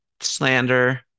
slander